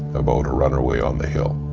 about a runaway on the hill,